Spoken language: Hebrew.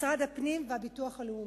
משרד הפנים והמוסד לביטוח לאומי.